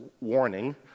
warning